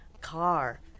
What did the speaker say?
car